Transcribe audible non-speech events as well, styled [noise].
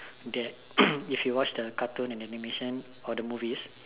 that [coughs] if you watch the cartoon the animations or the movies